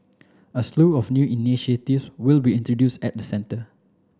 a slew of new initiatives will be introduced at the centre